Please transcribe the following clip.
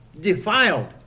defiled